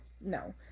no